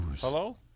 Hello